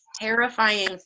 terrifying